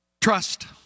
Trust